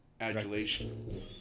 Adulation